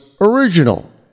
original